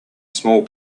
small